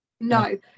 no